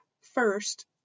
first